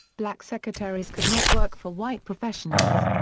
black secretaries could not work for white professionals.